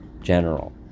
general